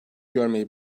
görmeyi